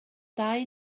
dau